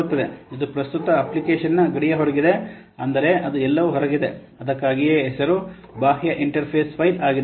ಇದು ಪ್ರಸ್ತುತ ಅಪ್ಲಿಕೇಶನ್ನ ಗಡಿಯ ಹೊರಗಿದೆ ಅಂದರೆ ಅದು ಎಲ್ಲೋ ಹೊರಗಿದೆ ಅದಕ್ಕಾಗಿಯೇ ಹೆಸರು ಬಾಹ್ಯ ಇಂಟರ್ಫೇಸ್ ಫೈಲ್ ಆಗಿದೆ